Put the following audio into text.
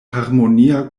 harmonia